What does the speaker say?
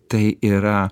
tai yra